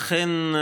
אכן,